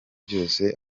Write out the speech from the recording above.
byose